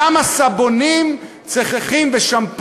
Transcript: למה סבונים ושמפו,